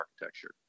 architecture